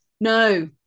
No